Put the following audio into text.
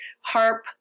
HARP